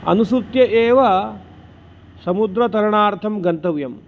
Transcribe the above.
अनुसृत्य एव समुद्रतरणार्थं गन्तव्यम्